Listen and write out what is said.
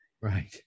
Right